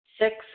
Six